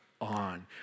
on